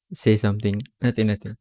say something nothing nothing